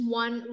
one